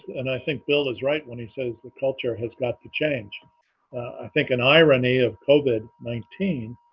and i think bill is right when he says the culture has got to change i think an irony of covid nineteen.